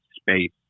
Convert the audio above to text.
space